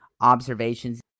observations